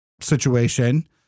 situation